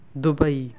Dubai